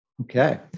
Okay